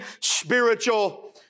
spiritual